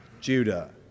Judah